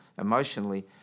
emotionally